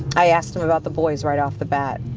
i asked him about the boys right off the bat.